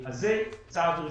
זה צעד ראשון.